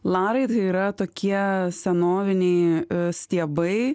larai tai yra tokie senoviniai stiebai